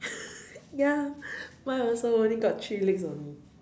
ya mine also only got three legs only